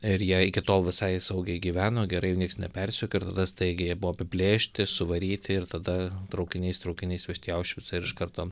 ir jie iki tol visai saugiai gyveno gerai jų nieks nepersekioj ir tada staigiai jie buvo apiplėšti suvaryti ir tada traukiniais traukiniais vežti į aušvicą ir iš karto